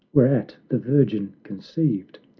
whereat the virgin conceived.